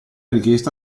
richiesta